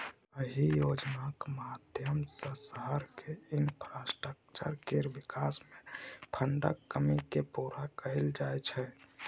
अहि योजनाक माध्यमसँ शहरक इंफ्रास्ट्रक्चर केर बिकास मे फंडक कमी केँ पुरा कएल जाइ छै